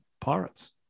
Pirates